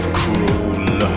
cruel